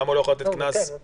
למה הוא לא יכול להטיל קנס כאן?